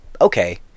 Okay